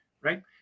right